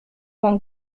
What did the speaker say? vingt